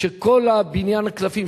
שכל בניין הקלפים,